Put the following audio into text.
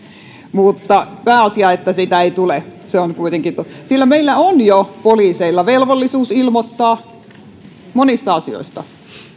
mutta pääasia että sitä ei tule sillä meillä on jo velvollisuus ilmoittaa poliisille monista asioista